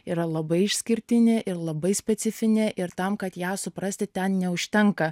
yra labai išskirtinė ir labai specifinė ir tam kad ją suprasti ten neužtenka